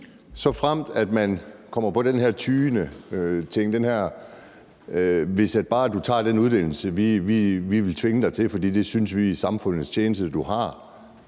Såfremt man kommer på den her tyendeting, den her ordning med, at hvis bare man tager den uddannelse, vi vil tvinge dem til, for det synes vi er i samfundets tjeneste, og man